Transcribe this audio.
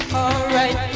alright